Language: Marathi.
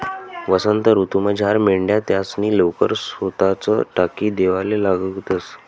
वसंत ऋतूमझार मेंढ्या त्यासनी लोकर सोताच टाकी देवाले लागतंस